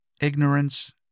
ignorance